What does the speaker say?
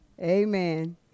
Amen